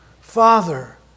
Father